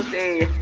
a